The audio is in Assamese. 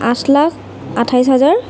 আঠ লাখ আঠাইছ হাজাৰ